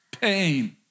pain